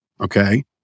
okay